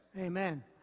Amen